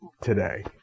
today